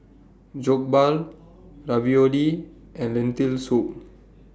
Jokbal Ravioli and Lentil Soup